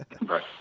Right